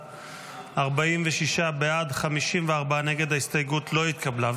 46 בעד, 54 נגד, ההסתייגות לא התקבלה.